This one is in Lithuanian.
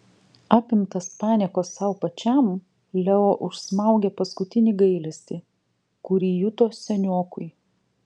apimtas paniekos sau pačiam leo užsmaugė paskutinį gailestį kurį juto seniokui